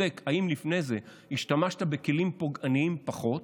בודק אם לפני זה השתמשת בכלים פוגעניים פחות.